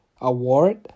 award